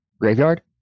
graveyard